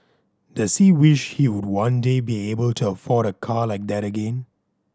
does he wish he would one day be able to afford a car like that again